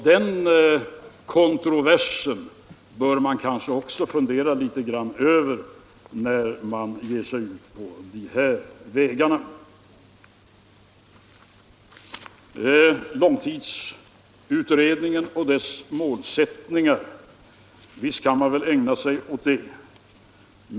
Den kontrovers som detta innebär bör man kanske också fundera litet över när man ger sig ut på dessa vägar. Långtidsutredningen och dess målsättningar kan man naturligtvis ägna sig åt.